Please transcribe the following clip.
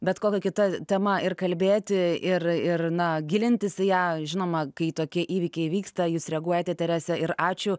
bet kokia kita tema ir kalbėti ir ir na gilintis į ją žinoma kai tokie įvykiai įvyksta jūs reaguojate terese ir ačiū